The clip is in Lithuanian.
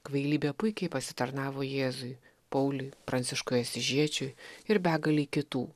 kvailybė puikiai pasitarnavo jėzui pauliui pranciškui asyžiečiui ir begalei kitų